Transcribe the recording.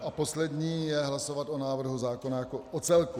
A poslední je hlasovat o návrhu zákona jako o celku.